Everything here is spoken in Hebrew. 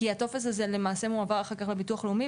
כי הטופס הזה למעשה מועבר אחר כך לביטוח הלאומי,